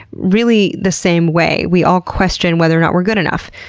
really, the same way. we all question whether or not we're good enough.